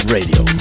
Radio